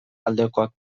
aldekoak